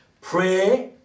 Pray